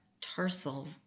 tarsal